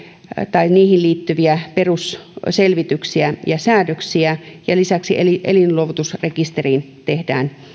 tai niihin liittyviä perusselvityksiä ja säädöksiä ja lisäksi elinluovutusrekisteriin tehdään